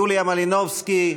יוליה מלינובסקי,